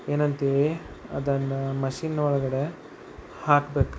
ಏನಂತೀವಿ ಅದನ್ನು ಮಷಿನ್ ಒಳಗಡೆ ಹಾಕಬೇಕು